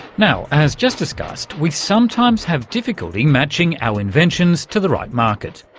now, as just discussed, we sometimes have difficulty matching our inventions to the right market,